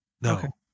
No